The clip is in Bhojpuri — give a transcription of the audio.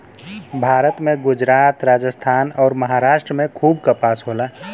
भारत में गुजरात, राजस्थान अउर, महाराष्ट्र में खूब कपास होला